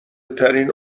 ترین